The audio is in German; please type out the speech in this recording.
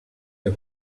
der